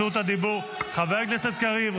חבר הכנסת קריב,